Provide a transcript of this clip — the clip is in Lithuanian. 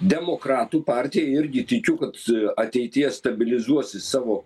demokratų partija irgi tikiu kad ateityje stabilizuosis savo